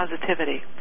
positivity